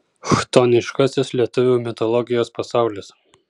chtoniškasis lietuvių mitologijos pasaulis